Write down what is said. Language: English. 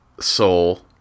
soul